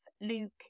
Luke